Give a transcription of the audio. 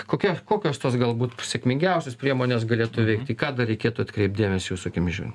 kokia kokios tos galbūt sėkmingiausios priemonės galėtų veikti į ką dar reikėtų atkreipt dėmesį jūsų akimis žiūrint